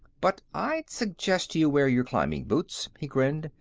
but i'd suggest you wear your climbing boots. he grinned.